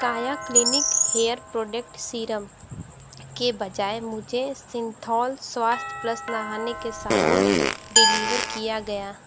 काया clinic hair product serum के बजाय मुझे सिंथौल स्वास्थ्य प्लस नहाने का साबुन डिलीवर किया गया